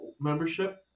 membership